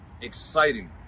exciting